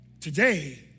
today